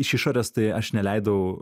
iš išorės tai aš neleidau